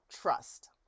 trust